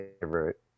favorite